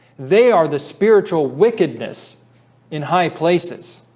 they are the spiritual wickedness in high places